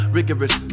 Rigorous